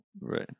Right